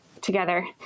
together